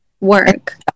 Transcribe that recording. work